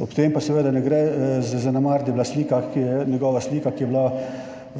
Ob tem pa seveda ne gre zanemariti, da je bila njegova slika, ki je bila